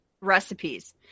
recipes